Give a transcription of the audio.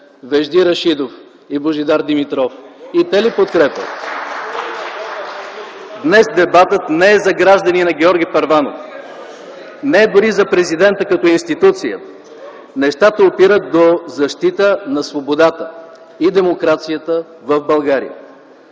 Вежди Рашидов и Божидар Димитров. И те ли подкрепят? (Ръкопляскания от КБ.) Днес дебатът не е за гражданина Георги Първанов, не е дори за Президента като институция. Нещата опират до защита на свободата и демокрацията в България,